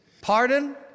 Pardon